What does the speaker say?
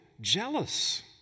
jealous